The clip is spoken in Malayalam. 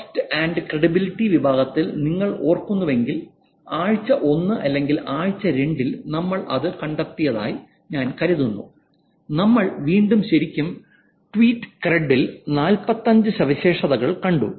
ട്രസ്റ്റ് ആൻഡ് ക്രെഡിബിലിറ്റി വിഭാഗത്തിൽ നിങ്ങൾ ഓർക്കുന്നുവെങ്കിൽ ആഴ്ച 1 അല്ലെങ്കിൽ ആഴ്ച 2 ൽ നമ്മൾ കണ്ടതായി ഞാൻ കരുതുന്നു അവിടെ നമ്മൾ ശരിക്കും ട്വീറ്റ് ക്രെട് ൽ 45 സവിശേഷതകൾ കണ്ടു